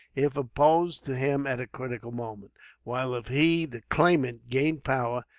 if opposed to him at a critical moment while if he, the claimant, gained power,